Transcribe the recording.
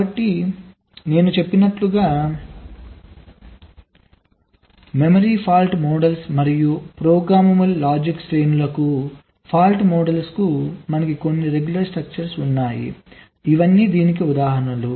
కాబట్టి నేను చెప్పినట్లుగా మెమరీ ఫాల్ట్ మోడల్స్ మరియు ప్రోగ్రామబుల్ లాజిక్ శ్రేణులకి ఫాల్ట్ మోడల్స్ మనకు కొన్ని రెగ్యులర్ స్ట్రక్చర్స్ ఉన్నాయి ఇవన్నీ దీనికి ఉదాహరణలు